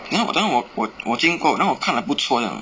then 我 then 我我我经过 then 我看 like 不错这样